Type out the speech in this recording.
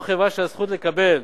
או חברה שהזכות לקבל